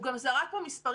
הוא גם זרק פה המספרים.